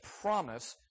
promise